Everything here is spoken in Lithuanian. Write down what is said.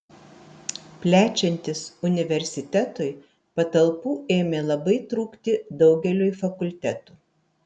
plečiantis universitetui patalpų ėmė labai trūkti daugeliui fakultetų